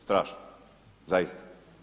Strašno zaista.